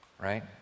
right